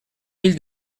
mille